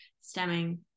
stemming